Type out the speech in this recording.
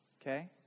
Okay